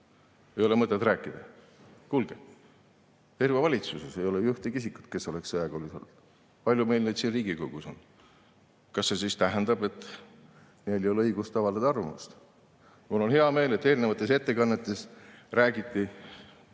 ei ole mõtet rääkida. Kuulge, terves valitsuses ei ole ühtegi isikut, kes oleks sõjakoolis olnud. Palju meil neid siin Riigikogus on? Kas see siis tähendab, et neil ei ole õigust avaldada arvamust? Mul on hea meel, et eelnevates ettekannetes räägiti